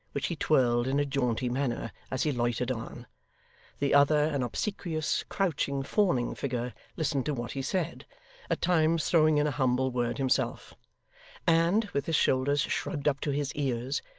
which he twirled in a jaunty manner as he loitered on the other, an obsequious, crouching, fawning figure, listened to what he said at times throwing in a humble word himself and, with his shoulders shrugged up to his ears,